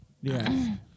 Yes